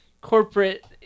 corporate